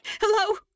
Hello